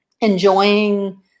enjoying